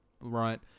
right